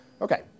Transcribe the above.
Okay